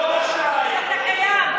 טוב שאתה קיים,